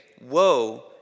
woe